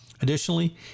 Additionally